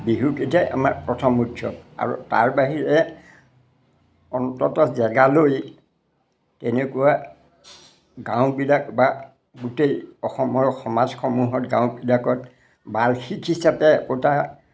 বিহুকেইটাই আমাৰ প্ৰথম উৎসৱ আৰু তাৰ বাহিৰে অন্তত জেগা লৈ তেনেকুৱা গাঁওবিলাক বা গোটেই অসমৰ সমাজসমূহত গাঁওবিলাকত বাৰ্ষিক হিচাপে পতা